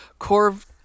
Corv